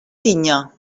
tinya